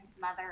mother